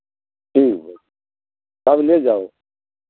ठीक है कब ले जाऊँ